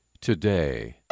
today